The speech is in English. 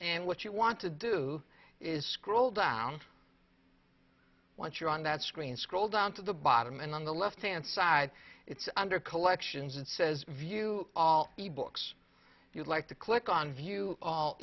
and what you want to do is scroll down once you're on that screen scroll down to the bottom and on the left hand side it's under collections and says view all ebooks if you like to click on view